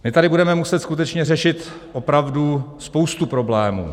My tady budeme muset skutečně řešit opravdu spoustu problémů.